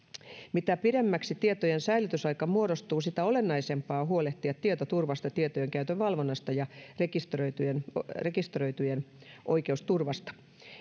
mitä pidemmäksi tietojen säilytysaika muodostuu sitä olennaisempaa on huolehtia tietoturvasta tietojen käytön valvonnasta ja rekisteröityjen rekisteröityjen oikeusturvasta